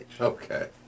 Okay